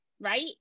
right